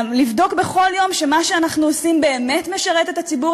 לבדוק בכל יום שמה שאנחנו עושים באמת משרת את הציבור,